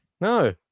No